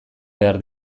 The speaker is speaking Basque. behar